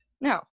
no